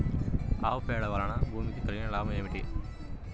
ఆవు పేడ వలన భూమికి కలిగిన లాభం ఏమిటి?